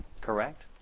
correct